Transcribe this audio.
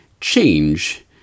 change